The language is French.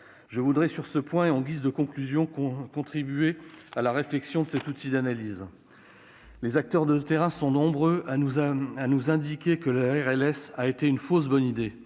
Je voudrais, en guise de conclusion, contribuer à la réflexion sur ces outils d'analyse. Les acteurs de terrain sont nombreux à nous indiquer que la RLS a été une fausse bonne idée.